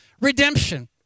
redemption